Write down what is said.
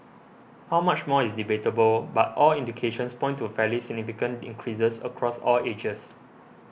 how much more is debatable but all indications point to fairly significant increases across all ages